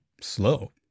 slow